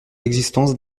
l’existence